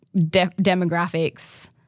demographics